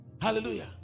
Hallelujah